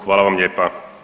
Hvala vam lijepa.